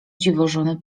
dziwożony